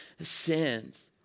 sins